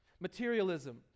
Materialism